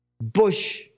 Bush